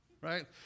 right